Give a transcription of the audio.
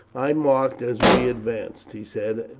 i marked as we advanced, he said,